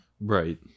right